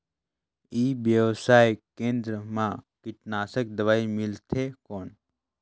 ई व्यवसाय केंद्र मा कीटनाशक दवाई मिलथे कौन?